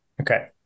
Okay